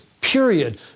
period